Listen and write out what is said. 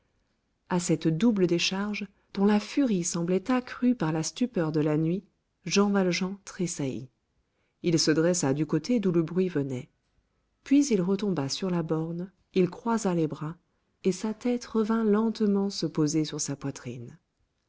à cette double décharge dont la furie semblait accrue par la stupeur de la nuit jean valjean tressaillit il se dressa du côté d'où le bruit venait puis il retomba sur la borne il croisa les bras et sa tête revint lentement se poser sur sa poitrine